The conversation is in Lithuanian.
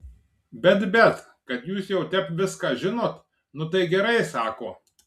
bet bet kad jūs jau tep viską žinot nu tai gerai sako